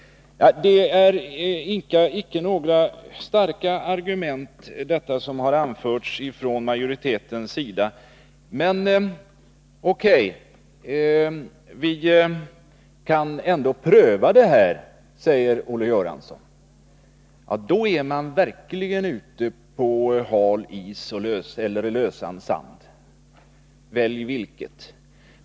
Det är icke några starka argument som anförts från majoritetens sida. Men O.K., vi kan ändå pröva det här, säger Olle Göransson. Då är man verkligen ute på hal is eller i lösan sand — välj vilket!